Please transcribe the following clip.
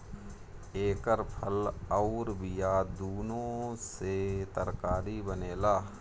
एकर फल अउर बिया दूनो से तरकारी बनेला